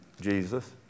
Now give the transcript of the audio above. Jesus